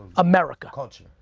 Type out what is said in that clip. america. culture.